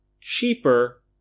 cheaper